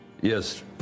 yes